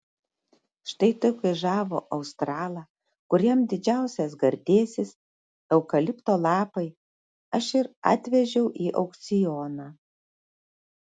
štai tokį žavų australą kuriam didžiausias gardėsis eukalipto lapai aš ir atvežiau į aukcioną